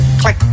click